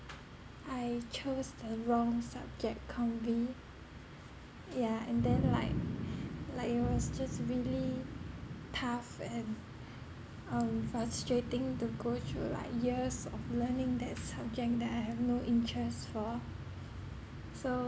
I chose the wrong subject combi yeah and then like like it was just really tough and um frustrating to go through like years of learning that subject that I have no interest for so